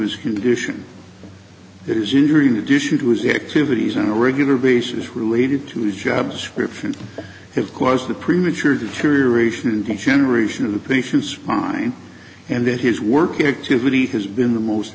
a condition it is injury an edition to his activities on a regular basis related to his job description have caused the premature deterioration generation of the patients fine and that his work activity has been the most